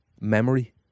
memory